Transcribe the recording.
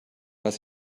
was